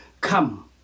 come